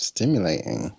Stimulating